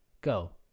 go